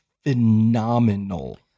phenomenal